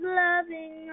loving